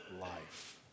life